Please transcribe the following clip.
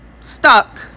stuck